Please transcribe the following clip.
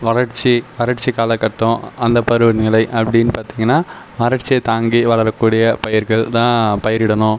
வறட்சி வறட்சி காலகட்டம் அந்த பருவநிலை அப்படின்னு பார்த்தீங்கன்னா வறட்சியை தாங்கி வளரக்கூடிய பயிர்கள் தான் பயிரிடணும்